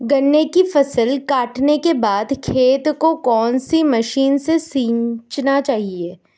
गन्ने की फसल काटने के बाद खेत को कौन सी मशीन से सींचना चाहिये?